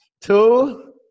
two